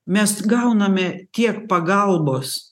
mes gauname tiek pagalbos